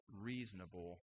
reasonable